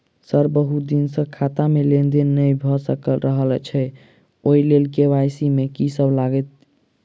Sir बहुत दिन सऽ खाता मे लेनदेन नै भऽ रहल छैय ओई लेल के.वाई.सी मे की सब लागति ई?